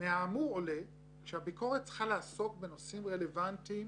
הדברים הללו לא קלים ולפעמים דורשים מרדף אחרי המבוקרים.